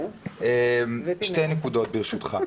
שתי נקודות ברשותך.